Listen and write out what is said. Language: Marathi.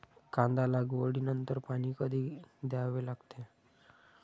कांदा लागवडी नंतर पाणी कधी द्यावे लागते?